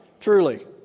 Truly